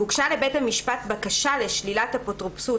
והוגשה לבית המשפט בקשה לשלילת אפוטרופסות